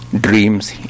Dreams